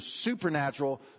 supernatural